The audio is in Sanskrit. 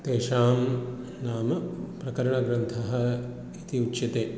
तेषां नाम प्रकरणग्रन्थः इति उच्यते